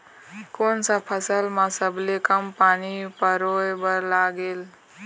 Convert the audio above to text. कोन सा फसल मा सबले कम पानी परोए बर लगेल?